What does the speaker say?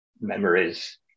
memories